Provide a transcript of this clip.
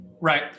right